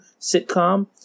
sitcom